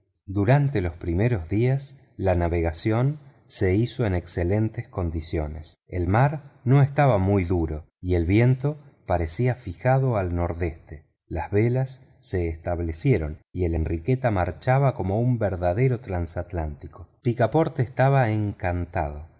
durante los primeros días la navegación se hizo en excelentes condiciones el mar no estaba muy duro y el viento parecía fijado al nordeste las velas se establecieron y la enriqueta marchaba como un verdadero transatlántico picaporte estaba encantado